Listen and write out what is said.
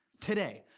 today,